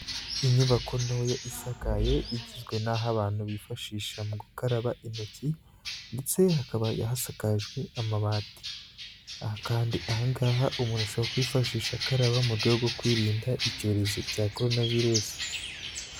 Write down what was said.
Inyubako ntoya isakaye igizwe n'aho abantu bifashisha mu gukaraba intoki ndetse hakaba hasakajwe amabati, kandi ahangaha umusha umuntu ashobora kuhifashisha akaraba mu rwe rwo kwirinda icyorezo cya coronavirus.